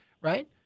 right